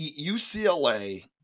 UCLA